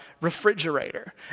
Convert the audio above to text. refrigerator